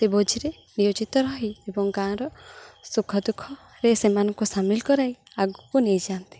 ସେ ଭୋଜିରେ ନିୟୋଜିତ ରହି ଏବଂ ଗାଁର ସୁଖ ଦୁଃଖରେ ସେମାନଙ୍କୁ ସାମିଲ କରାଇ ଆଗକୁ ନେଇଯାଆନ୍ତି